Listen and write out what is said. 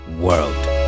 world